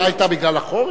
ההפסקה היתה בגלל החורף?